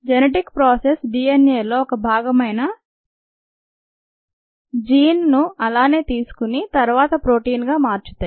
genetic process డీఎన్ఏలోని ఒక భాగమైన జీన్నుఅలాగే తీసుకుని తర్వాత ప్రోటీన్గా మార్చతాయి